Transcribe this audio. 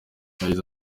yagize